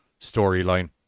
storyline